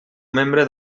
membre